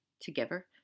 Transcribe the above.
together